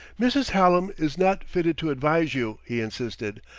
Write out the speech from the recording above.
mrs. hallam is not fitted to advise you, he insisted,